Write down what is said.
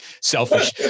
selfish